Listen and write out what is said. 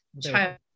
child